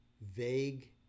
vague